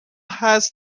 هست